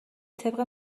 طبق